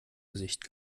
gesicht